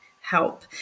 help